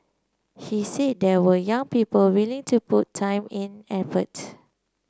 he said there were young people willing to put time in effort